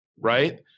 right